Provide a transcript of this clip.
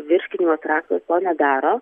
virškinimo traktas to nedaro